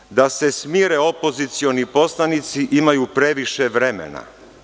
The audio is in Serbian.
Razlog – da se smire opozicioni poslanici, imaju previše vremena.